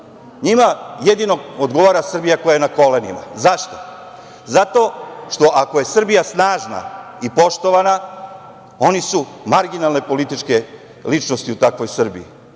NJima jedino odgovara Srbija koja je na kolenima. Zašto? Zato što ako je Srbija snažna i poštovana, oni su marginalne političke ličnosti u takvoj Srbiji.